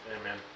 Amen